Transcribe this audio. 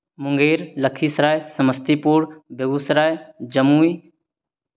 Munger Lakhisarai Samastipur Begusarai Jamui